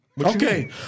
Okay